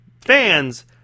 fans